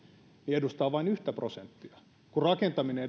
edustaa vain yhtä prosenttia kun rakentaminen